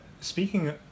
speaking